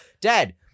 dad